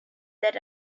that